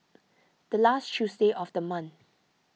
the last Tuesday of the month